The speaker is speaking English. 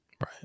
Right